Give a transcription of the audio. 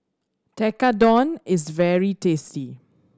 Tekkadon is very tasty